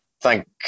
Thank